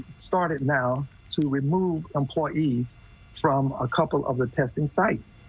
started now to remove employees from a couple of the test insights.